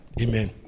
Amen